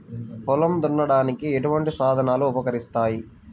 పొలం దున్నడానికి ఎటువంటి సాధనాలు ఉపకరిస్తాయి?